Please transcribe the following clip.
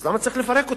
אז למה צריך לפרק אותה?